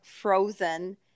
frozen